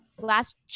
last